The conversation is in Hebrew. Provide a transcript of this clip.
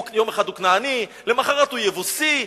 יום אחד הוא כנעני, למחרת הוא יבוסי.